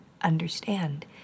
understand